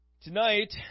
Tonight